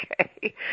Okay